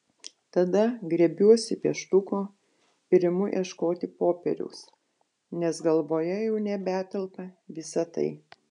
tada griebiuosi pieštuko ir imu ieškoti popieriaus nes galvoje jau nebetelpa visa tai